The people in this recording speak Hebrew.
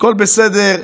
הכול בסדר.